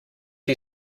you